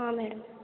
madam